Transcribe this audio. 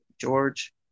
George